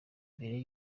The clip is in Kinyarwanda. mbere